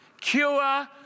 Cure